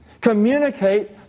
communicate